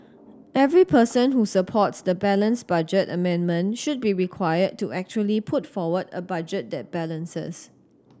every person who supports the balanced budget amendment should be required to actually put forward a budget that balances